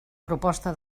proposta